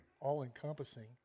all-encompassing